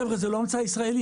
חבר'ה זה לא המצאה ישראלית,